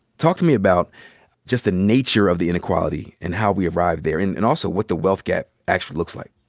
talk to me about just the nature of the inequality and how we arrived there and and also what the wealth gap actually looks like.